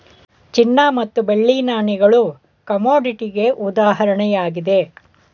ಚಿನ್ನ ಮತ್ತು ಬೆಳ್ಳಿ ನಾಣ್ಯಗಳು ಕಮೋಡಿಟಿಗೆ ಉದಾಹರಣೆಯಾಗಿದೆ